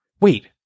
wait